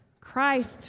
Christ